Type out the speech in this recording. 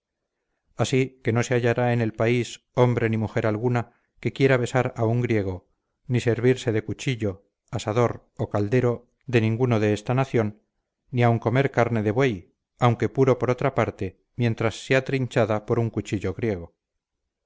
así que no se hallará en el país hombre ni mujer alguna que quiera besar a un griego ni servirse de cuchillo asador o caldero de alguno de esta nación ni aun comer carne de buey aunque puro por otra parte mientras sea trinchada por un cuchillo griego